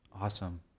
Awesome